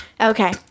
Okay